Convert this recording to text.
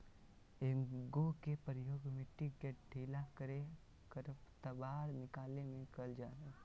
हेंगा के प्रयोग मिट्टी के ढीला करे, खरपतवार निकाले में करल जा हइ